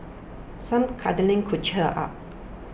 some cuddling could cheer her up